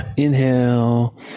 Inhale